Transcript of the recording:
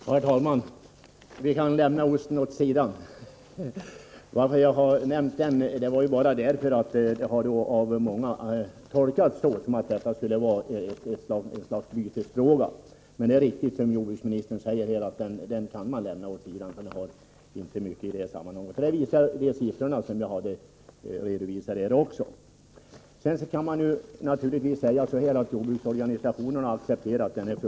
Herr talman! Vi kan lämna frågan om osten därhän. Att jag nämnde osten beror på att många tolkat det hela så att det här skulle vara något slags byteshandel. Men det är riktigt som jordbruksministern säger att frågan om osten inte har mycket att göra med den fråga vi nu diskuterar och därför i detta sammanhang kan lämnas därhän. Det visar också de siffror beträffande osthandeln som jag nämnde. Det kan naturligtvis sägas att jordbrukarorganisationerna accepterade detta avtal.